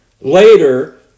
later